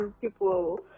people